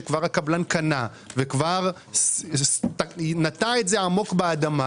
שכבר הקבלן קנה וכבר נטע את זה עמוק באדמה